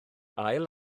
ail